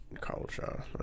culture